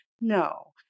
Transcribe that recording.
No